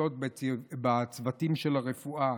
שביתות בצוותים של הרפואה,